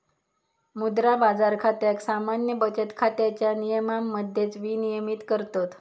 मुद्रा बाजार खात्याक सामान्य बचत खात्याच्या नियमांमध्येच विनियमित करतत